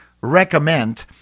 recommend